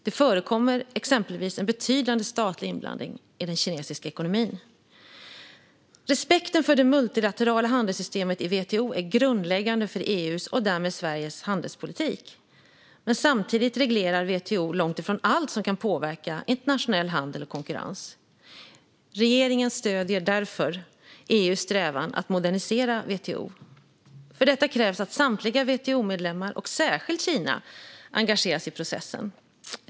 Det förekommer exempelvis en betydande statlig inblandning i den kinesiska ekonomin. Respekten för det multilaterala handelssystemet i WTO är grundläggande för EU:s, och därmed Sveriges, handelspolitik. Men samtidigt reglerar WTO långt ifrån allt som kan påverka internationell handel och konkurrens. Regeringen stöder därför EU:s strävan att modernisera WTO. För detta krävs att samtliga WTO-medlemmar, och särskilt Kina, engageras i processen.